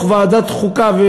קיימנו דיונים בוועדת החוקה,